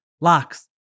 locks